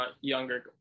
younger